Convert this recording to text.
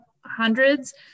hundreds